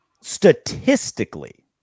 statistically